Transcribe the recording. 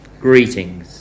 greetings